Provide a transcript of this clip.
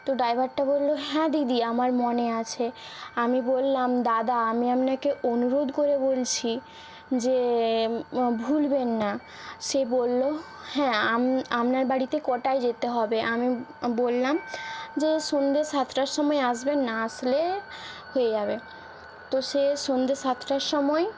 তো ড্রাইভারটা বললো হ্যাঁ দিদি আমার মনে আছে আমি বললাম দাদা আমি আপনাকে অনুরোধ করে বলছি যে ভুলবেন না সে বললো হ্যাঁ আপনার বাড়িতে কটায় যেতে হবে আমি বললাম যে সন্ধ্যে সাতটার সময় আসবেন না আসলে হয়ে যাবে তো সে সন্ধ্যে সাতটার সময়